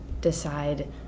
decide